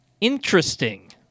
Interesting